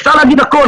אפשר להגיד הכול,